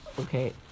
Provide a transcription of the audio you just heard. Okay